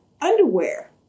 underwear